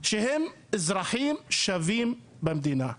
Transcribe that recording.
שהם אזרחים שווים במדינה.